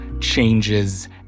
changes